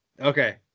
Okay